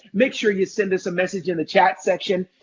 make sure you send us a message in the chat section.